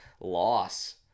loss